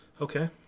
Okay